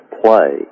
play